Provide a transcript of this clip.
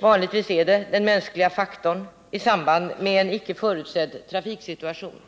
Vanligtvis är det den mänskliga faktorn i en icke förutsedd trafiksituation.